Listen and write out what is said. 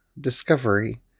Discovery